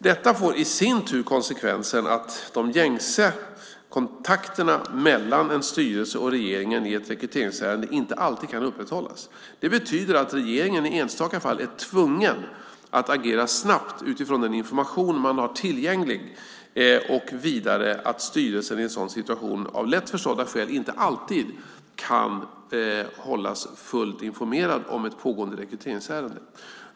Detta får i sin tur konsekvensen att de gängse kontakterna mellan en styrelse och regeringen i ett rekryteringsärende inte alltid kan upprätthållas. Det betyder att regeringen i enstaka fall är tvungen att agera snabbt utifrån den information man har tillgänglig och vidare att styrelsen i en sådan situation av lätt förstådda skäl inte alltid kan hållas fullt informerad om ett pågående rekryteringsärende.